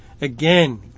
Again